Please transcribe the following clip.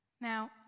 Now